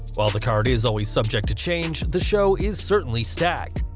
whilst the card is always subject to change, the show is certainly stacked,